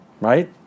Right